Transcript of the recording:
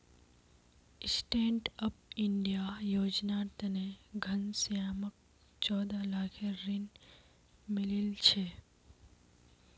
stand up India योजनार तने घनश्यामक चौदह लाखेर ऋण मिलील छ